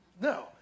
No